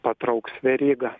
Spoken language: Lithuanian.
patrauks verygą